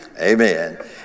Amen